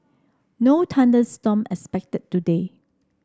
no thunder storm expected today